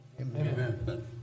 Amen